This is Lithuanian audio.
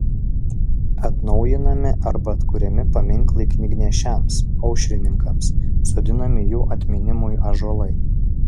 atnaujinami arba atkuriami paminklai knygnešiams aušrininkams sodinami jų atminimui ąžuolai